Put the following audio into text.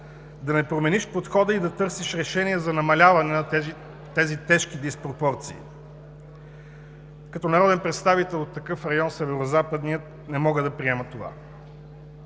да не промениш подхода и да търсиш решение за намаляване на тези тежки диспропорции. Като народен представител от такъв район – Северозападния, не мога да приема това.